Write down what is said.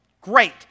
Great